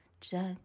jack